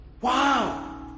Wow